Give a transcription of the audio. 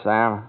Sam